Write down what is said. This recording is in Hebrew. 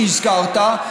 שהזכרת,